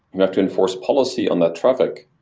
you have to enforce policy on that traffic,